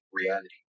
reality